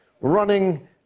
running